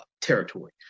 territory